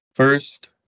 First